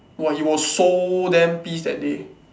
!wah! he was so damn pissed that day